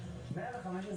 לבחון,